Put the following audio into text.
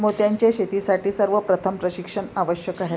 मोत्यांच्या शेतीसाठी सर्वप्रथम प्रशिक्षण आवश्यक आहे